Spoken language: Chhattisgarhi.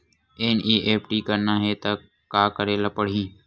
एन.ई.एफ.टी करना हे त का करे ल पड़हि?